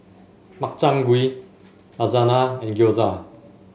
Makchang Gui Lasagna and Gyoza